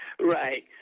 right